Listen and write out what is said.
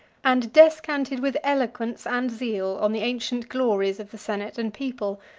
and descanted with eloquence and zeal on the ancient glories of the senate and people,